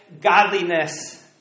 godliness